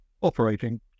operating